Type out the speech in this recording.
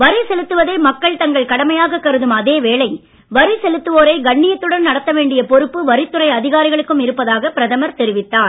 வரி செலுத்துவதை மக்கள் தங்கள் கடமையாக கருதும் அதே வேளை வரி செலுத்துவோரை கண்ணியத்துடன் நடத்த வேண்டிய பொறுப்பு வரித் துறை அதிகாரிகளுக்கும் இருப்பதாக பிரதமர் தெரிவித்தார்